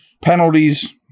Penalties